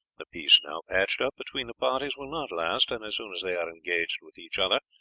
the peace now patched up between the parties will not last, and as soon as they are engaged with each other,